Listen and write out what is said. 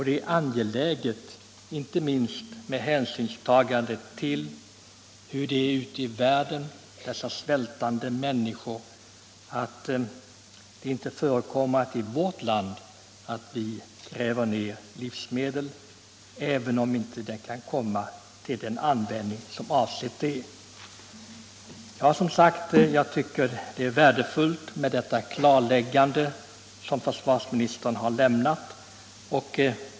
Det är angeläget, inte minst med hänsynstagande till hur det är ute i världen med alla dess svältande människor, att det inte förekommer att vi i vårt land gräver ner livsmedel, om de inte kan komma till den användning som avsedd är. Jag tycker som sagt att det klarläggande som försvarsministern har lämnat är värdefullt.